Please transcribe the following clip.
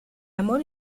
amor